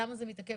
למה זה מתעכב?